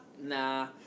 Nah